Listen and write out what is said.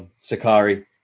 Sakari